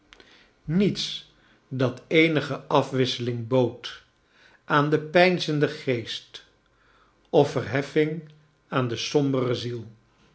niets dat eenige afwisseling bood aan den peinzenden geest of verheffing aan de sombere ziel